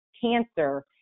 cancer